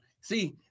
see